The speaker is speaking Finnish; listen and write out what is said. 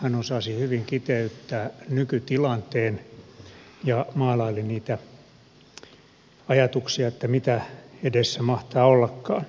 hän osasi hyvin kiteyttää nykytilanteen ja maalaili niitä ajatuksia että mitä edessä mahtaa ollakaan